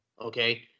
okay